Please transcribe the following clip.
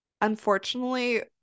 unfortunately